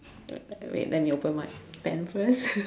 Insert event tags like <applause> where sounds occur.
wait let me open my pen first <laughs>